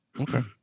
Okay